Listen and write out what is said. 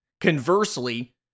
Conversely